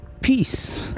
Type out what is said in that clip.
Peace